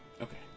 Okay